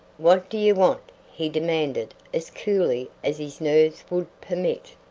what do you want? he demanded as coolly as his nerves would permit.